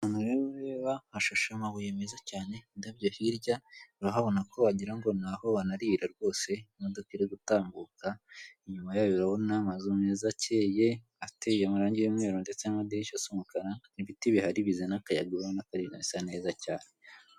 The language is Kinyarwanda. Aha hantu rero ureba hashashe amabuye meza cyane, indabyo hirya, urahabona ko wagirango ngo n'aho banarira rwose, imodoka iri gutambuka inyuma yayo urabona amazu meza akeye, ateye amarangi y'umweru, ndetse n'amadirishya asa umukara, ibiti bihari bizana akayaga, urabona ko ari ibintu bisa neza cyane.